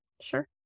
Sure